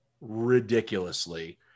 ridiculously